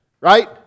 right